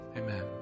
amen